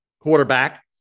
Quarterback